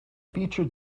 featured